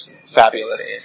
Fabulous